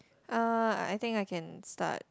uh I think I can start